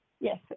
Yes